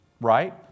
right